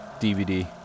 DVD